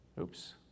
Oops